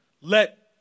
let